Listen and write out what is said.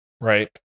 right